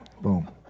Boom